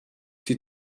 die